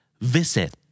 Visit